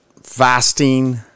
fasting